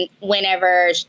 whenever